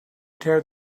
tear